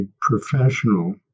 professional